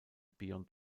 beyond